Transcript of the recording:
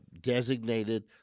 designated